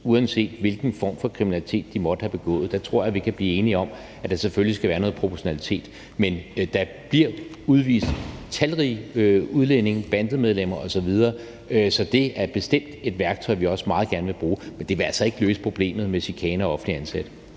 uanset hvilken form for kriminalitet de måtte have begået. Der tror jeg, vi kan blive enige om, at der selvfølgelig skal være noget proportionalitet. Men der bliver udvist talrige udlændinge, bandemedlemmer osv., så det er bestemt et værktøj, vi også meget gerne vil bruge. Men det vil altså ikke løse problemet med chikane af offentligt ansatte.